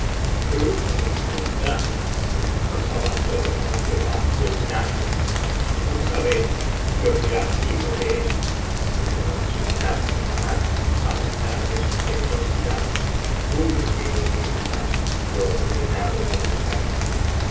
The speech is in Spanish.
fruto de mis entrañas nos abandonó hace más de un año y no sabemos lo que ha sido de él pero el sultán mohammad á pesar de su generosidad tuvo que ejecutar lo ordenado por el